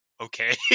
okay